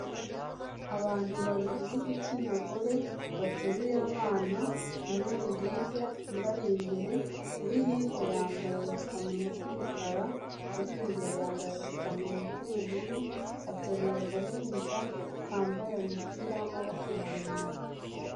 Abantu babiri b'igitsina gore bateruye abana, umwe ari hirya undi ari imbere, uri hirya yambaye agapfukamunwa k'umukara, uri imbere yambaye agapfukamunwa k'ubururu ateruye agahinja kambaye umupira w'amaboko maremare.